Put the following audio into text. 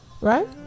right